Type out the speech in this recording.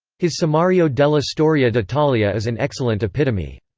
his sommario della storia d'italia is an excellent epitome.